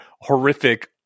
horrific